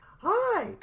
Hi